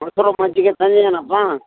ಮೊಸರು ಮಜ್ಜಿಗೆ ತಂದಿದ್ಯೇನಪ್ಪಾ